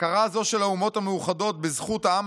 הכרה זו של האומות המאוחדות בזכות העם